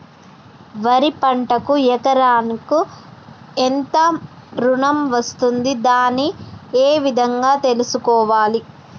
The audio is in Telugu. వరి పంటకు ఎకరాకు ఎంత వరకు ఋణం వస్తుంది దాన్ని ఏ విధంగా తెలుసుకోవాలి?